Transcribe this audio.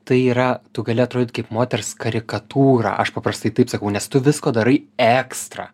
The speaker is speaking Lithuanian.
tai yra tu gali atrodyt kaip moters karikatūra aš paprastai taip sakau nes tu visko darai ekstra